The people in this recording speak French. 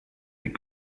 les